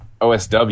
osw